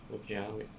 okay ah wait